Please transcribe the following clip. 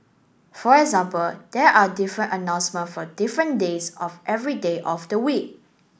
for example there are different announcement for different days of every day of the week